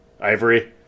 Ivory